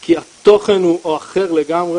כי התוכן הוא אחר לגמרי.